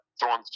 throwing